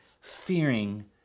fearing